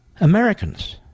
Americans